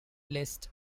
list